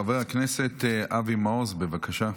חבר הכנסת אבי מעוז, בבקשה.